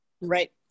Right